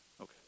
Okay